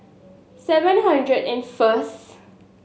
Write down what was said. seven hundred and first